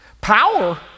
power